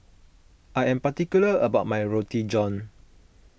I am particular about my Roti John